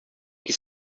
que